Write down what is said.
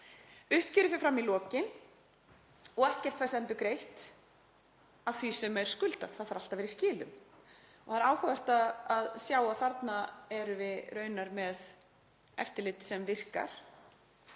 Uppgjörið fer fram í lokin og ekkert fæst endurgreitt af því sem er skuldað. Það þarf allt að vera í skilum. Það er áhugavert að sjá að þarna erum við raunar með eftirlit sem virkar.